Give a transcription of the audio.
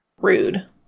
Rude